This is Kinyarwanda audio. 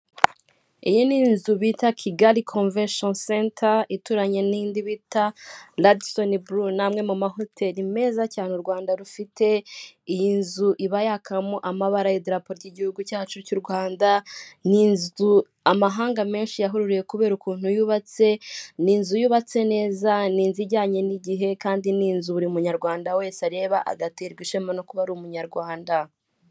Iyi ni inzu bita Kigali Konvesheni Senta, ituranye n'indi bita Radisoni Buru. Ni amwe mu mahoteli meza cyane u Rwanda rufite, iyi nzu iba yakamo amabara y'idarapo ry'igihugu cyacu cy'u Rwanda, Ni inzu amahanga menshi yahururiye kubera ukuntu yubatse, ni inzu yubatse neza, ni inzu ijyanye n'igihe kandi ni inzu buri munyarwanda wese areba agaterwa ishema no kuba ari umunyarwanda.